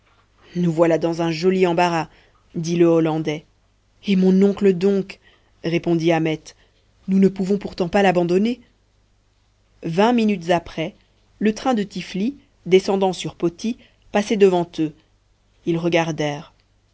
nous voilà dans un joli embarras dit le hollandais et mon oncle donc répondit ahmet nous ne pouvons pourtant par l'abandonner vingt minutes après le train de tiflis descendant sur poti passait devant eux ils